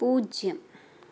പൂജ്യം